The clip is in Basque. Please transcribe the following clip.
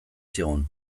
zigun